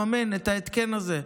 לממן את ההתקן הזה.